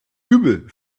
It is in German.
übel